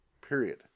period